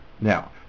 Now